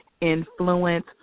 influence